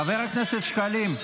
חבר הכנסת שקלים.